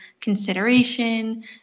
consideration